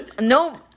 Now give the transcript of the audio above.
No